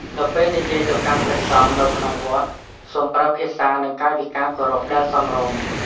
នៅពេលនិយាយទៅកាន់ព្រះសង្ឃនៅក្នុងវត្ត សូមប្រើភាសា និងកាយវិការគោរពដែលសមរម្យ។